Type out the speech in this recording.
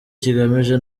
kigamije